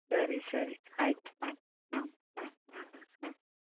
ಸರಿ ಸರಿ ಆಯಿತು ಆಯಿತು ಹ್ಞೂ ಹ್ಞೂ ಹ್ಞೂ ಹ್ಞೂ